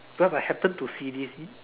cause I happen to see this